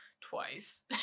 twice